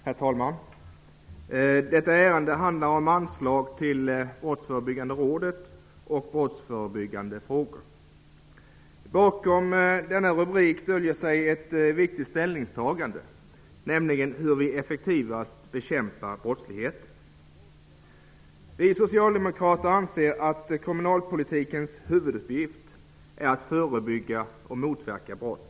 Herr talman! Detta ärende handlar om anslag till Brottsförebyggande rådet och om brottsförebyggande åtgärder. Bakom rubriken döljer sig ett viktigt ställningstagande. Det gäller hur vi effektivast skall bekämpa brottsligheten. Vi socialdemokrater anser att kriminalpolitikens huvuduppgift är att förebygga och motverka brott.